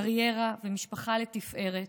קריירה ומשפחה לתפארת,